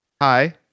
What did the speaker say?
Hi